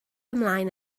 ymlaen